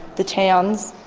the towns.